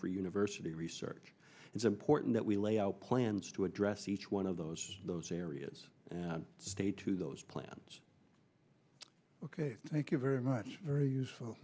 for university research it's important that we lay out plans to address each one of those areas and stay to those plans ok thank you very much very useful